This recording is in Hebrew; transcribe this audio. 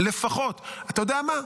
לפחות, אתה יודע מה?